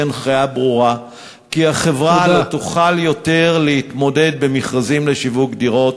הנחיה ברורה כי החברה לא תוכל יותר להתמודד במכרזים לשיווק דירות.